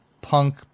punk